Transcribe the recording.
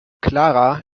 klara